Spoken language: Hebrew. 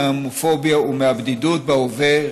מההומופוביה ומהבדידות בהווה,